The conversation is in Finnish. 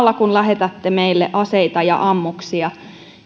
samalla kun lähetätte meille aseita ja ammuksia